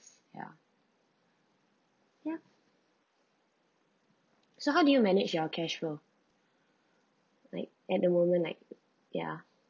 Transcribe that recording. yeah yeah so how did you manage your cash flow like at the moment like ya